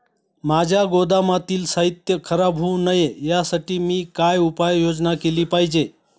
माझ्या गोदामातील साहित्य खराब होऊ नये यासाठी मी काय उपाय योजना केली पाहिजे?